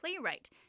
playwright